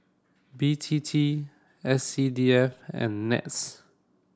B T T S C D F and NETS